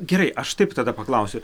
gerai aš taip tada paklausiu